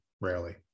rarely